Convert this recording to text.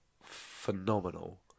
phenomenal